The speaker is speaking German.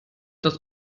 das